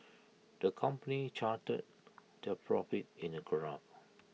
the company charted their profits in A graph